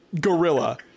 gorilla